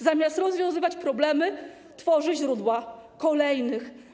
Zamiast rozwiązywać problemy, tworzy źródła kolejnych.